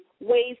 ways